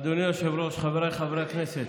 אדוני היושב-ראש, חבריי חברי הכנסת,